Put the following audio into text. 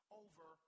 over